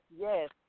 yes